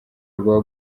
rwa